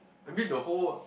I mean the whole